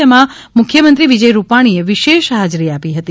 તેમાં મુખ્યમંત્રી વિજય રૂપાણીએ વિશેષ હાજરી આપી હતી